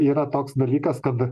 yra toks dalykas kad